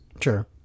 Sure